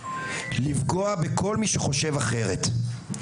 לפגוע בכל מי שחושב אחרת,